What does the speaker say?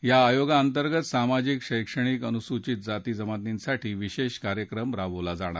या आयोगाअंतर्गत सामाजिक शैक्षणिक अनुसूचित जाती जमातींसाठी विशेष कार्यक्रम राबवला जाईल